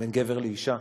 בין גבר לאישה,